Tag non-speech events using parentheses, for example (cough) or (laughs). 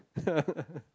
(laughs)